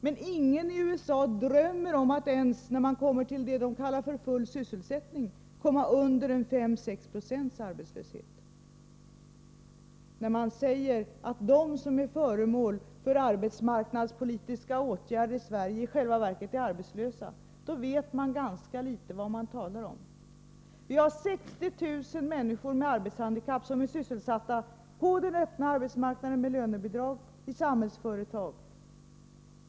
Men ingen i USA drömmer om att — ens när man kommer till det man där kallar full sysselsättning — komma under 5-6 90 arbetslöshet. När man säger att de som är föremål för arbetsmarknadspolitiska åtgärder i Sverige i själva verket är arbetslösa vet man ganska dåligt vad man talar om. Vi har 60 000 människor med arbetshandikapp som är sysselsatta på den öppna arbetsmarknaden med lönebidrag i Samhällsföretag.